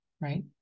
right